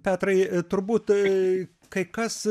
petrai turbūt kai kas